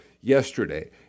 yesterday